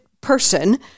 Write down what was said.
person